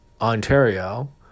Ontario